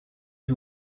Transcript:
who